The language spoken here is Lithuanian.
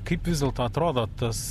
kaip vis dėlto atrodo tas